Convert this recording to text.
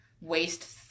waste